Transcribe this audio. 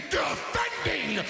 defending